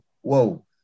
whoa